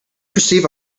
perceive